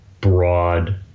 broad